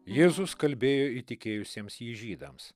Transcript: jėzus kalbėjo įtikėjusiems jį žydams